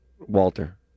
Walter